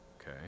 okay